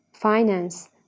finance